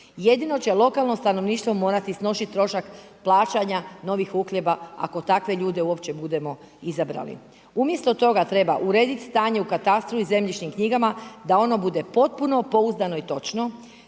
Jedino će lokalno stanovništvo morati snositi trošak plaćanja novih uhljeba ako takve ljude uopće budemo izabrali. Umjesto toga treba urediti stanje u katastru i zemljišnim knjigama da ono bude potpuno, pouzdano i točno,